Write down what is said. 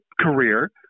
career